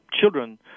children